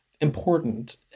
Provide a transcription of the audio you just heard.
important